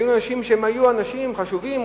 הם היו אנשים חשובים,